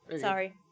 Sorry